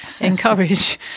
encourage